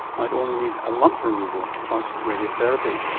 might only need a lump removal plus radiotherapy,